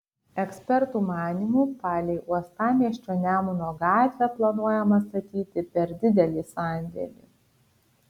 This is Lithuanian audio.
ekspertų manymu palei uostamiesčio nemuno gatvę planuojama statyti per didelį sandėlį